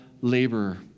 laborer